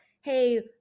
Hey